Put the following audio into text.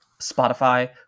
Spotify